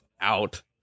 out